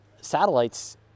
Satellites